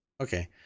okay